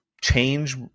change